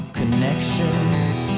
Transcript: connections